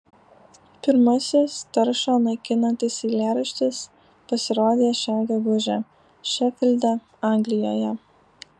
pirmasis taršą naikinantis eilėraštis pasirodė šią gegužę šefilde anglijoje